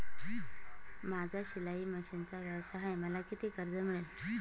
माझा शिलाई मशिनचा व्यवसाय आहे मला किती कर्ज मिळेल?